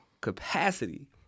capacity